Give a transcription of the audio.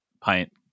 pint